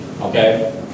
okay